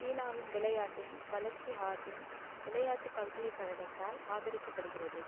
சீனாவில் விளையாட்டின் வளர்ச்சி ஹார்பின் விளையாட்டுப் பல்கலைக்கழகத்தால் ஆதரிக்கப்படுகிறது